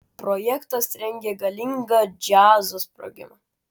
projektas rengia galingą džiazo sprogimą